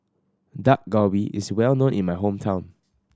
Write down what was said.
Dak Galbi is well known in my hometown